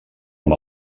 amb